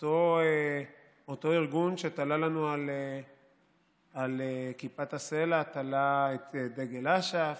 אותו ארגון שתלה לנו על כיפת הסלע את דגל אש"ף,